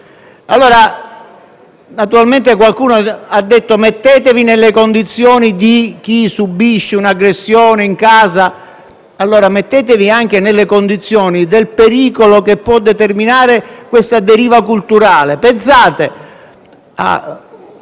sempre più. Qualcuno ha detto di metterci nelle condizioni di chi subisce un'aggressione in casa. Io rispondo: mettetevi anche nelle condizioni del pericolo che può determinare questa deriva culturale. Pensate a